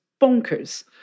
bonkers